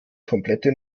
komplette